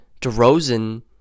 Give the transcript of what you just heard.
DeRozan